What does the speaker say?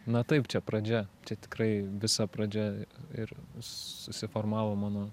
na taip čia pradžia čia tai tikrai visa pradžia ir susiformavo mano